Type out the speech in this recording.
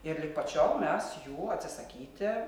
ir lig pat šiol mes jų atsisakyti